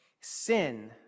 Sin